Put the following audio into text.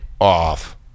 off